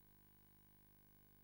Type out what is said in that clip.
לו גם את הצד השני.